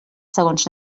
segons